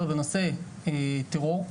בנושא טרור,